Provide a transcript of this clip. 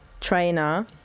Trainer